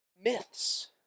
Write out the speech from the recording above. Myths